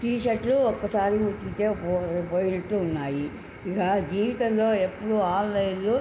టీషర్ట్లు ఒక్కసారి ఉతికితే పో పోయేటట్టు ఉన్నాయి ఇక జీవితంలో ఎప్పుడు ఆన్లైన్లో